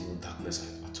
darkness